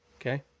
okay